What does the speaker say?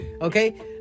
okay